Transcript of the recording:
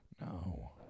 No